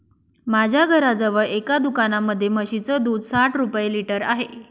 माझ्या घराजवळ एका दुकानामध्ये म्हशीचं दूध साठ रुपये लिटर आहे